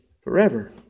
forever